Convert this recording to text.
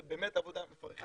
ובאמת עבודה מפרכת.